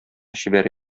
чибәр